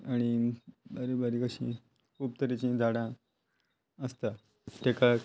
बारी बारीक अशी खूब तरेचीं झाडां आसता ताका